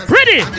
Ready